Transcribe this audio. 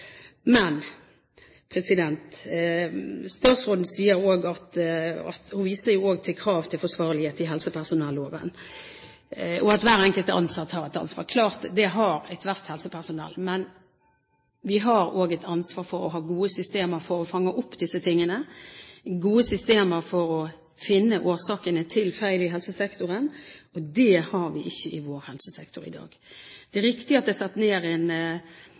Men statsråden viser også til krav til forsvarlighet i helsepersonelloven, og at hver enkelt ansatt har et ansvar. Det er klart at det har alt helsepersonell. Men vi har også et ansvar for å ha gode systemer for å fange opp disse tingene, gode systemer for å finne årsakene til feil i helsesektoren, og det har vi ikke i vår helsesektor i dag. Det er riktig at det er satt ned en